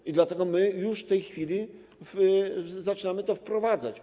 I dlatego my już w tej chwili zaczynamy to wprowadzać.